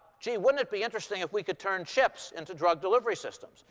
gee, wouldn't it be interesting if we could turn chips into drug delivery systems.